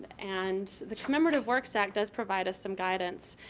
and the commemorative works act does provide us some guidance.